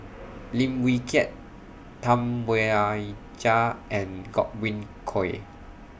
Lim Wee Kiak Tam Wai Jia and Godwin Koay